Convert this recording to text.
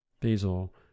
Basil